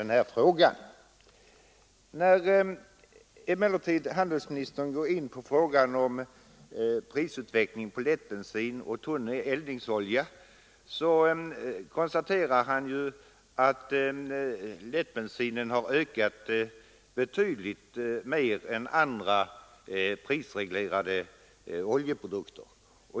När emellertid handelsministern kommer in på frågan om prisutvecklingen på lättbensin och tunn eldningsolja konstaterar han att priset på lättbensin ökat betydligt mer än priset på prisreglerade oljeprodukter.